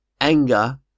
anger